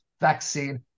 vaccine